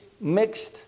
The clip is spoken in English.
mixed